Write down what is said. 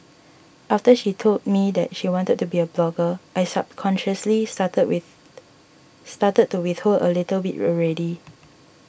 after she told me that she wanted to be a blogger I subconsciously started with started to withhold a little bit already